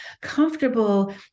comfortable